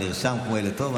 הוא נרשם כמו ילד טוב,